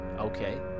Okay